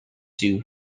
sioux